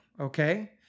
okay